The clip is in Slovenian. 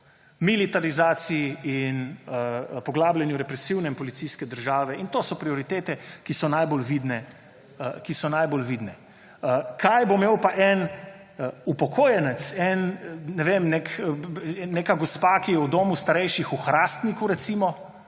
militarizaciji in represivnemu poglabljanju policijske države, in to so prioritete, ki so najbolj vidne. Kaj bo imel pa en upokojenec, ne vem, neka gospa, ki je v domu starejših v Hrastniku, recimo,